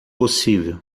possível